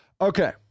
Okay